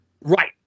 Right